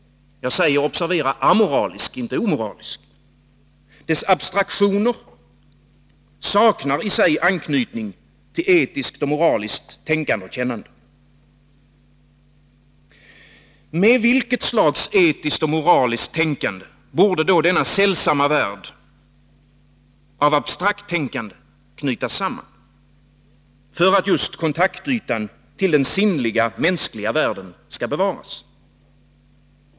Observera att jag säger amoralisk — inte moralisk. Dess abstraktioner saknar i sig anknytning till etiskt och moraliskt tänkande och kännande. Med vilket slags etiskt och moraliskt tänkande borde då denna sällsamma värld av abstrakt tänkande knytas samman, för att just kontaktytan till den sinnliga, mänskliga världen skall bevaras?